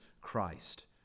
Christ